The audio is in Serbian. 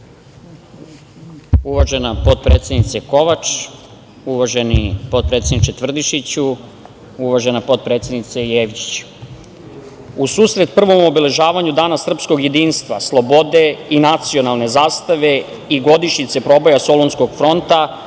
Uvažena potpredsednice Kovač, uvaženi potpredsedniče Tvrdišiću, uvažena potpredsednice Jevđić, u susret prvom obeležavanju Dana srpskoj jedinstva, slobode i nacionalne zastave i godišnjice proboja Solunskog fronta